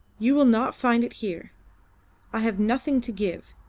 you will not find it here i have nothing to give,